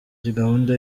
gahunda